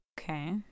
Okay